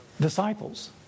Disciples